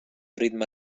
ritme